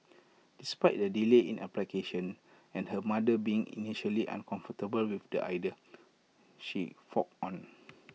despite the delay in application and her mother being initially uncomfortable with the idea she forged on